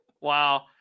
Wow